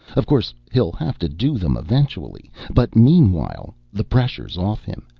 of course he'll have to do them eventually but meanwhile the pressure's off him,